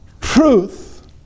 truth